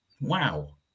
wow